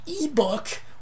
ebook